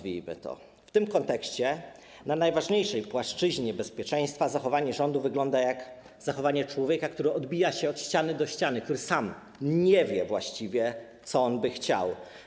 W tym kontekście na najważniejszej płaszczyźnie bezpieczeństwa zachowanie rządu wygląda jak zachowanie człowieka, który odbija się od ściany do ściany, który sam właściwie nie wie, czego by chciał.